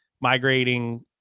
migrating